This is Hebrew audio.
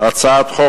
הצעת חוק